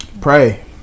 Pray